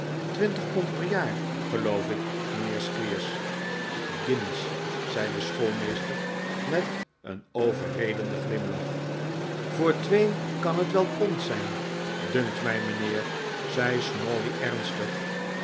twintig pond per jaar geloof ik mijnheer squeers guinjes zei de schoolmeester met een overredenden glimlach voor twee kan het wel pond zijn dunkt mij mijnheer zei snawley ernstig